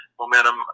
momentum